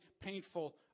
painful